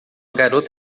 garota